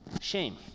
shame